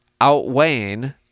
outweighing